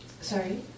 Sorry